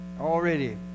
already